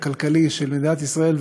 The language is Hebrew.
הכלכלי של מדינת ישראל,